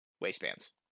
waistbands